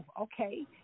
okay